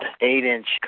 eight-inch